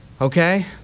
Okay